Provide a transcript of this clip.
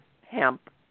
hemp